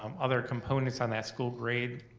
um other components on that school grade,